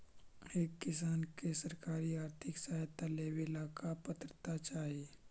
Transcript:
एक किसान के सरकारी आर्थिक सहायता लेवेला का पात्रता चाही?